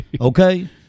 Okay